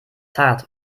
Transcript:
zart